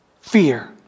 fear